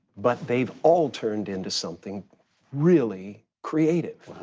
but they've all turned into something really creative.